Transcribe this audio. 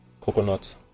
coconut